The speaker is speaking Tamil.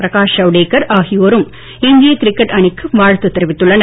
பிரகாஷ் ஜவ்டேக்கர் ஆகியோரும் இந்திய கிரிக்கெட் அணிக்கு வாழ்த்து தெரிவித்துள்ளனர்